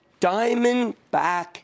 Diamondback